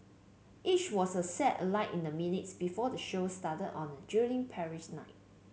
each was the set alight in the minutes before the show started on a drily Paris night